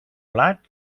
blat